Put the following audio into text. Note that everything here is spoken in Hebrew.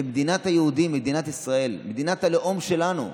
במדינת היהודים, מדינת ישראל, מדינת הלאום שלנו.